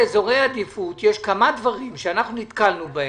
באזורי עדיפות יש כמה דברים שנתקלנו בהם,